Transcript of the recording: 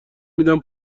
میدم